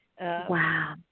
Wow